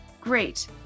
Great